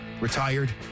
Retired